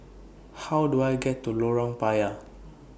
How Do I get to Lorong Payah